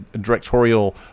Directorial